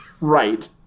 Right